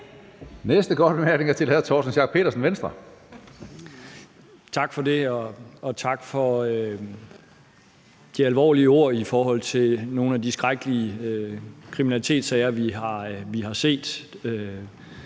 Venstre. Kl. 19:46 Torsten Schack Pedersen (V): Tak for det, og tak for de alvorlige ord i forhold til nogle af de skrækkelige kriminalitetssager, vi har set.